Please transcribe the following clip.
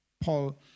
Paul